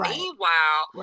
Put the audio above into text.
Meanwhile